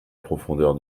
profondeur